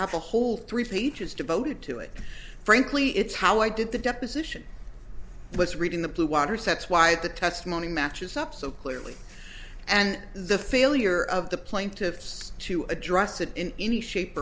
have a whole three pages devoted to it frankly it's how i did the deposition was reading the bluewater sets why the testimony matches up so clearly and the failure of the plaintiffs to address it in any shape